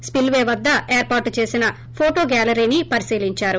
spillway వద్గ ఏర్పాటు చేసిన ఫొటో గ్యాలరీని పరిశీలించారు